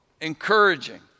encouraging